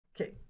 okay